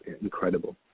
incredible